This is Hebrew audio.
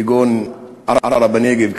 כגון ערערה-בנגב,